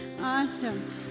Awesome